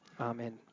Amen